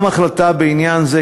גם החלטה בעניין זה,